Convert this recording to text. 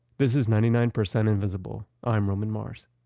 this is ninety nine percent invisible. i'm roman mars.